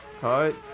Hi